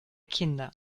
kinder